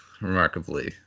remarkably